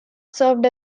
served